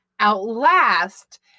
outlast